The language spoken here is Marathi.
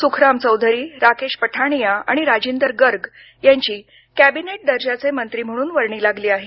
सुखराम चौधरी राकेश पठाणिया आणि राजिंदर गर्ग यांची कॅबिनेट दर्जाचे मंत्री म्हणून वर्णी लागली आहे